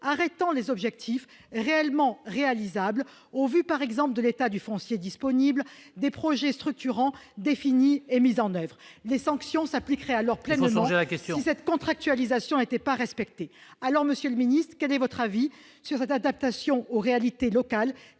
arrêtant les objectifs réellement réalisable au vu, par exemple, de l'état du foncier disponible des projets structurants définis et mise en oeuvre des sanctions s'appliqueraient à leur présence, la question cette contractualisation était pas respecté, alors Monsieur le Ministre, quel est votre avis sur cette adaptation aux réalités locales